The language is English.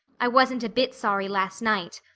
i wasn't a bit sorry last night.